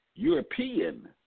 European